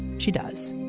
she does.